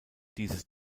dieses